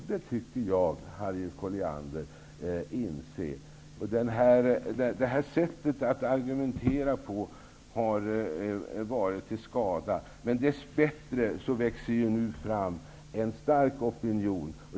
Det tycker jag att Harriet Colliander borde inse. Harriet Collianders sätt att argumentera har varit till skada. Men dess bättre växer det nu fram en stark opinion.